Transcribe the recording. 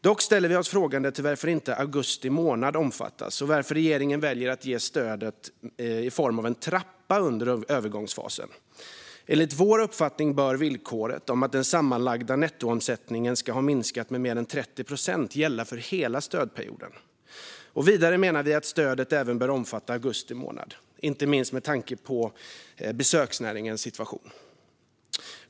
Dock ställer vi oss frågande till varför inte augusti månad omfattas och varför regeringen väljer att ge stödet i form av en trappa under övergångsfasen. Enligt vår uppfattning bör villkoret om att den sammanlagda nettoomsättningen ska ha minskat med mer än 30 procent gälla för hela stödperioden. Vidare menar vi att stödet även bör omfatta augusti månad, inte minst med tanke på besöksnäringens situation.